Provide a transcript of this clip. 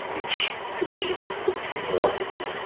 each condition, like schizophrenia or autism,